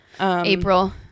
April